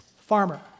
farmer